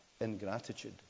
ingratitude